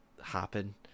happen